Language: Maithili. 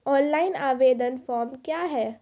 ऑनलाइन आवेदन फॉर्म क्या हैं?